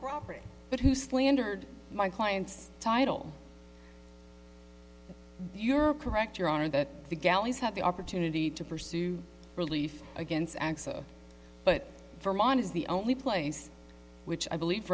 property but who slandered my clients title you're correct your honor that the galleys have the opportunity to pursue relief against acts of but for mon is the only place which i believe